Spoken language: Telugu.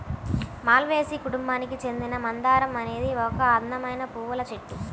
మాల్వేసి కుటుంబానికి చెందిన మందారం అనేది ఒక అందమైన పువ్వుల చెట్టు